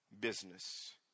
business